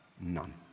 none